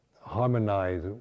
harmonize